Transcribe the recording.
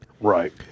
Right